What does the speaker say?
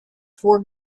four